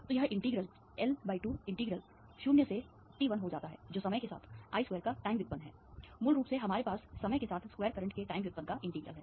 तो यह integral L2 integral 0 से t1 हो जाता है जो समय के साथ I2 का समय व्युत्पन्न है मूल रूप से हमारे पास समय के साथ स्क्वायर करंट के टाइम व्युत्पन्न का इंटीग्रल है